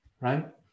right